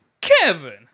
Kevin